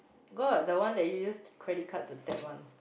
got the one that you used credit card to tap one